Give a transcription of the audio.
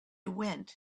went